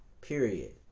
period